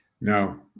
No